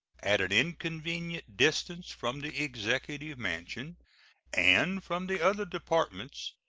at an inconvenient distance from the executive mansion and from the other departments,